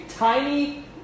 Tiny